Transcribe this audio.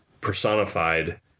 personified